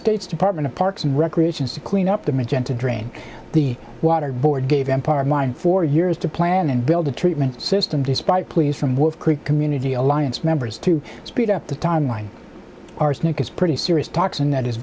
state's department of parks and recreation to clean up the magenta drain the water board gave them power of mind for years to plan and build a treatment system despite pleas from wolf creek community alliance members to speed up the timeline arsenic is pretty serious talks and that is